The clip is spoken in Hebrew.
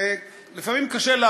זה לא משנה, זה הכול טכניקה.